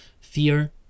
Fear